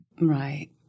Right